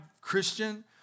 Christian